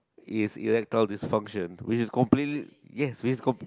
is erectile dysfunction which is completely yes which is completely